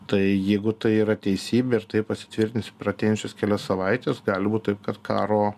tai jeigu tai yra teisybė ir tai pasitvirtins per arteinančias kelias savaites gali būt taip kad karo